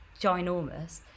ginormous